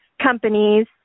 companies